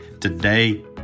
today